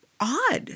odd